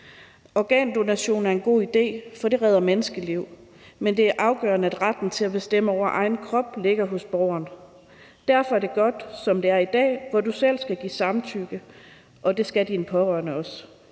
Organdonation er en god idé, for det redder menneskeliv, men det er afgørende, at retten til at bestemme over egen krop ligger hos borgeren. Derfor er det godt, som det er i dag, hvor du selv skal give samtykke, og hvor de pårørende også